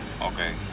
Okay